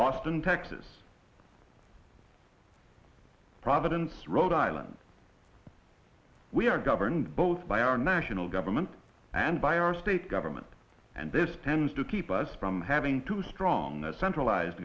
austin texas providence rhode island we are governed both by our national government and by our state government and this tends to keep us from having too strong a centralized